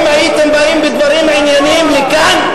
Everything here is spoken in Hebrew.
אם הייתם באים בדברים ענייניים לכאן,